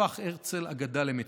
הפך הרצל אגדה למציאות.